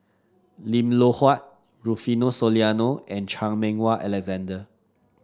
Lim Loh Huat Rufino Soliano and Chan Meng Wah Alexander